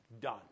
done